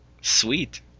Sweet